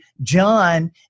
John